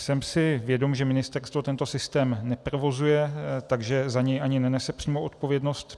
Jsem si vědom, že ministerstvo tento systém neprovozuje, takže za ně ani nenese přímou odpovědnost.